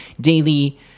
daily